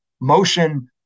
motion